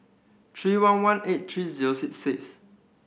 three one one eight three zero six six